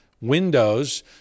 windows